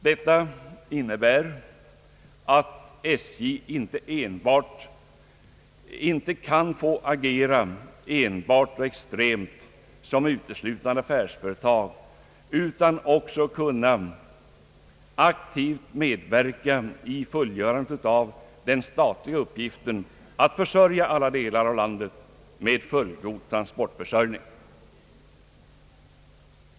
Detta innebär att SJ inte kan få agera uteslutande som ett affärsföretag, utan också måste aktivt medverka i fullgörandet av den statliga uppgiften att förse alla delar av landet med fullgod transportförsörjning.